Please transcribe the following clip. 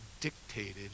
dictated